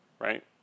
right